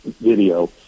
video